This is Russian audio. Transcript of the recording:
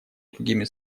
другими